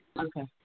Okay